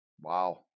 Wow